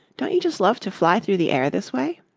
don't you just love to fly through the air this way?